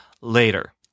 later